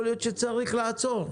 יכול להיות שצריך לעצור.